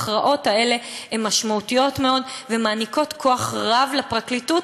ההכרעות האלה הן משמעותיות מאוד ומעניקות כוח רב לפרקליטות,